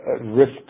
risk